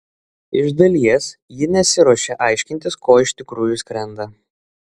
iš dalies ji nesiruošia aiškintis ko iš tikrųjų skrenda